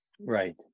Right